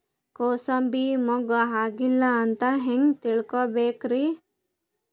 ಕೂಸಬಿ ಮುಗ್ಗ ಆಗಿಲ್ಲಾ ಅಂತ ಹೆಂಗ್ ತಿಳಕೋಬೇಕ್ರಿ?